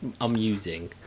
amusing